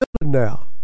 now